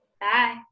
Bye